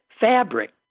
Fabric